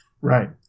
Right